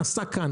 נעשה כאן,